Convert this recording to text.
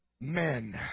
men